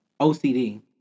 OCD